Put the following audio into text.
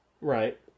Right